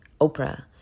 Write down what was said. Oprah